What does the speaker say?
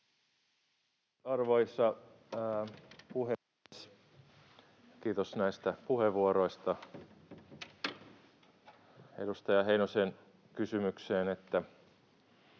arvoisa puhemies! Kiitos näistä puheenvuoroista. Edustaja Heinosen kysymykseen,